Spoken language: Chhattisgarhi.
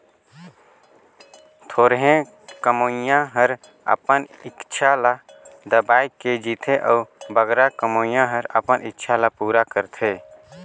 थोरहें कमोइया हर अपन इक्छा ल दबाए के जीथे अउ बगरा कमोइया हर अपन इक्छा ल पूरा करथे